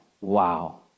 wow